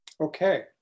Okay